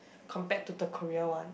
compared to the Korea one